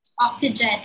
oxygen